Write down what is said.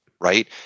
right